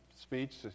speech